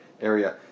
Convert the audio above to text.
area